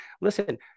Listen